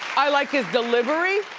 i like his delivery,